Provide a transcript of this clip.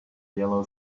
yellow